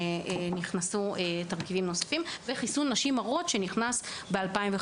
נכנסו תרכיבים נוספים וכן חיסון נשים הרות שנכנס ב-2015.